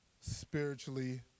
spiritually